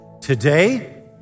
today